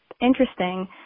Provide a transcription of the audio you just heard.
interesting